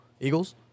Eagles